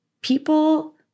People